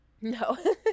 No